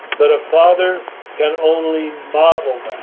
but a father can only model